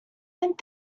don’t